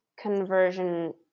conversion